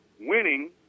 winning